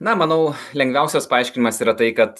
na manau lengviausias paaiškinimas yra tai kad